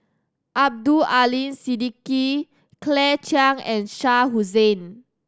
Abdul Aleem Siddique Claire Chiang and Shah Hussain